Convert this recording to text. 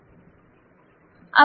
अब कितनी राशि है